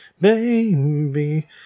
baby